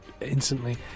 instantly